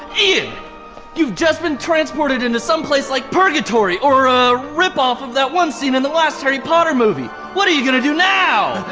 you've just been transported into some place like purgatory or a ripoff of that one scene in the last harry potter movie. what are you gonna do now?